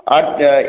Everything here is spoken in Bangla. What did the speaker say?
আচ্ছা